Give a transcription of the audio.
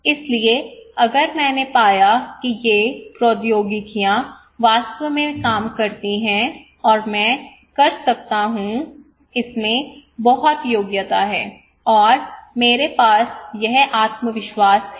इसलिए अगर मैंने पाया कि ये प्रौद्योगिकियां वास्तव में काम करती हैं और मैं कर सकता हूं इसमें बहुत योग्यता है और मेरे पास यह आत्मविश्वास है